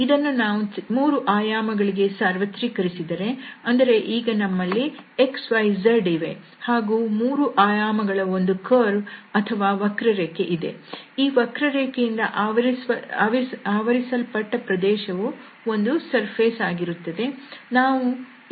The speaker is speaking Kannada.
ಇದನ್ನು ನಾವು 3 ಆಯಾಮ ಗಳಿಗೆ ಸಾರ್ವತ್ರಿಕರಿಸಿದರೆ ಅಂದರೆ ಈಗ ನಮ್ಮಲ್ಲಿ xyz ಇವೆ ಹಾಗೂ ಮೂರು ಆಯಾಮ ಗಳ ಒಂದು ಕರ್ವ್ ಅಥವಾ ವಕ್ರರೇಖೆ ಇದೆ ಈ ವಕ್ರರೇಖೆಯಿಂದ ಆವರಿಸಲ್ಪಟ್ಟ ಪ್ರದೇಶವು ಒಂದು ಮೇಲ್ಮೈ ಆಗಿರುತ್ತದೆ